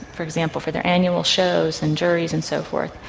for example, for their annual shows and juries and so forth.